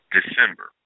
December